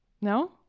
No